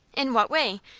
in what way?